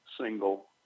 single